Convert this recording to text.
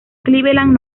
cleveland